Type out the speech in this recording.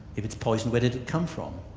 if it's poison, where did it come from?